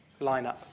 lineup